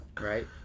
right